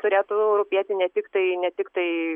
turėtų rūpėti ne tiktai ne tiktai